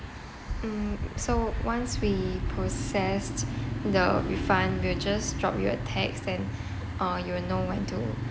mm so once we processed the refund we'll just drop your a text then uh you will know when to